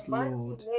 lord